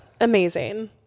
amazing